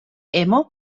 hemo